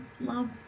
love